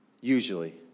usually